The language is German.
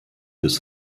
bis